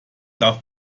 darf